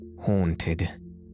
Haunted